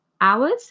hours